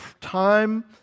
time